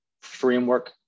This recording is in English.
framework